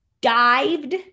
dived